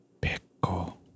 Pickle